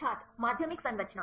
छात्र माध्यमिक संरचना